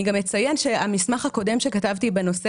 אציין גם שהמסמך הקודם שכתבתי בנושא